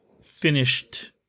finished